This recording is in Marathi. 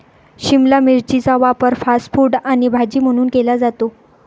शिमला मिरचीचा वापर फास्ट फूड आणि भाजी म्हणून केला जातो